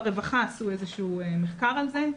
ברווחה עשו איזה שהוא מחקר על זה,